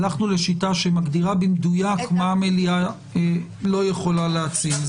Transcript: הלכנו לשיטה שמגדירה במדויק מה המליאה לא יכולה להאציל.